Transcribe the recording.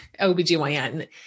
OBGYN